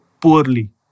poorly